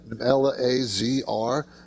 L-A-Z-R